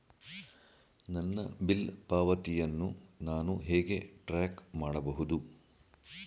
ನನ್ನ ಬಿಲ್ ಪಾವತಿಯನ್ನು ನಾನು ಹೇಗೆ ಟ್ರ್ಯಾಕ್ ಮಾಡಬಹುದು?